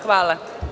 Hvala.